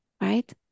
right